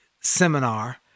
seminar